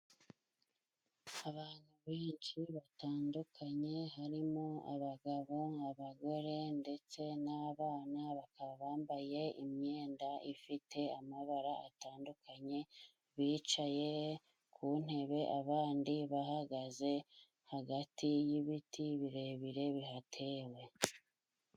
Abantu benshi batandukanye harimo abagabo abagore ndetse n'abana, bakaba bambaye imyenda ifite amabara atandukanye, bicaye ku ntebe abandi bahagaze hagati y'ibiti birebire bihatewe.